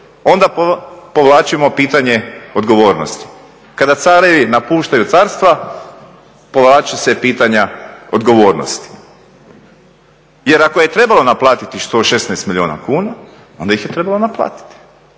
onda povlačimo pitanje odgovornosti. Kada carevi napuštaju carstva povlače se pitanja odgovornosti. Jer ako je trebalo naplatiti 116 milijuna kuna onda ih je trebalo naplatiti.